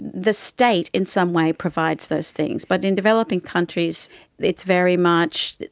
the state in some way provides those things, but in developing countries it's very much,